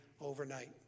overnight